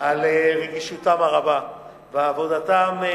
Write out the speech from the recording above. על רגישותן הרבה ועל עבודתן,